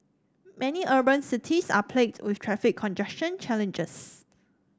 many urban cities are plagued with traffic congestion challenges